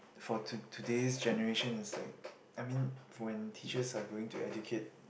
for to~ today's generation is like I mean for when teachers are going to educate